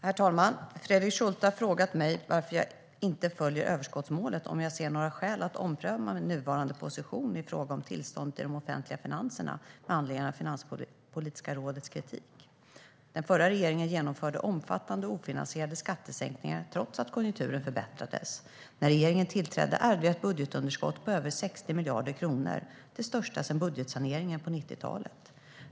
Herr talman! Fredrik Schulte har frågat mig varför jag inte följer överskottsmålet och om jag ser några skäl att ompröva min nuvarande position i fråga om tillståndet i de offentliga finanserna med anledning av Finanspolitiska rådets kritik. Den förra regeringen genomförde omfattande ofinansierade skattesänkningar, trots att konjunkturen förbättrades. När regeringen tillträdde ärvde vi ett budgetunderskott på över 60 miljarder kronor, det största sedan budgetsaneringen på 90-talet.